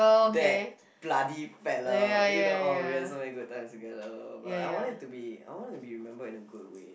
that bloody fella you know oh we had so many good times together I want it to be I want to be remembered in a good way